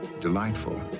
delightful